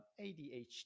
ADHD